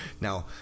Now